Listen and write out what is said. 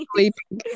sleeping